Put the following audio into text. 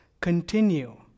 continue